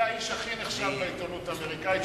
זה האיש הכי נחשב בעיתונות האמריקנית,